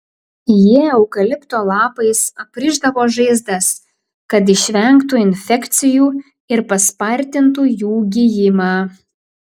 jie eukalipto lapais aprišdavo žaizdas kad išvengtų infekcijų ir paspartintų jų gijimą